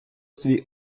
свій